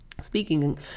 speaking